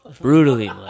Brutally